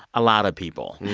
a lot of people.